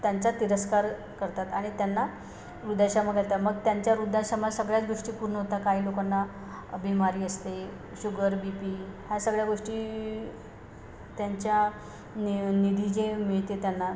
त्यांचा तिरस्कार करतात आणि त्यांना वृद्धाश्रमात भरतात मग त्यांच्या वृद्धाश्रमात सगळ्याच गोष्टी पूर्ण होता काही लोकांना बीमारी असते शुगर बी पी ह्या सगळ्या गोष्टी त्यांच्या नि निधी जे मिळते त्यांना